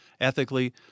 ethically